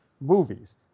movies